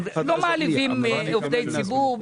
לא מעליבים עובדי ציבור.